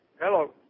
Hello